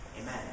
Amen